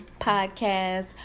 podcast